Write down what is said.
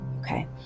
Okay